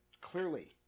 Clearly—